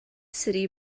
city